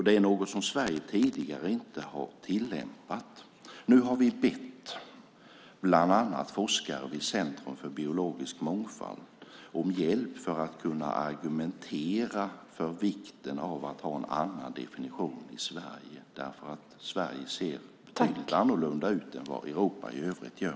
Det är något som Sverige tidigare inte har tillämpat. Nu har vi bett bland annat forskare vid Centrum för biologisk mångfald om hjälp för att kunna argumentera för vikten av att ha en annan definition i Sverige eftersom Sverige ser något annorlunda ut än vad Europa i övrigt gör.